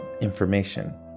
information